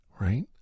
right